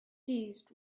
seized